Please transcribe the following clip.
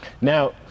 now